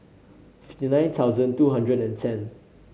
fifty nine thousand two hundred and ten